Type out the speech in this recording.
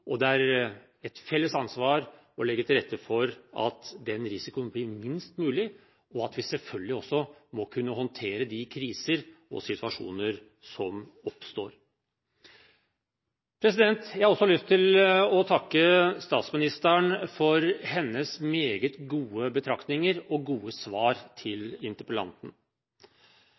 Det er et felles ansvar å legge til rette for at den risikoen blir minst mulig, og at vi selvfølgelig også må kunne håndtere de kriser og situasjoner som oppstår. Jeg har også lyst til å takke statsministeren for hennes meget gode betraktninger og gode svar til interpellanten.